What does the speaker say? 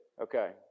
Okay